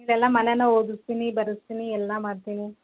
ಇದೆಲ್ಲ ಮನೆನಾಗೆ ಓದಿಸ್ತೀನಿ ಬರೆಸ್ತೀನಿ ಎಲ್ಲ ಮಾಡ್ತೀನಿ